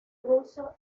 ruso